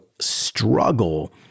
struggle